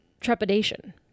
trepidation